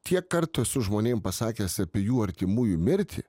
tiek kartų esu žmonėm pasakęs apie jų artimųjų mirtį